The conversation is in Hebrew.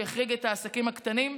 את העסקים הקטנים.